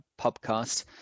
podcast